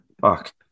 Fuck